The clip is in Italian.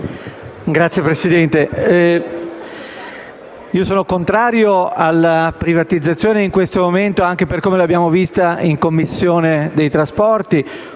Signor Presidente, io sono contrario alla privatizzazione in questo momento, anche per come l'abbiamo vista in 8a Commissione.